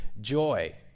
joy